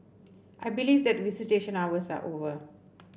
I believe that visitation hours are over